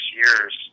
years